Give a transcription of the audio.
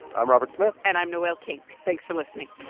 i'm robert smith and i'm noel king. thanks for listening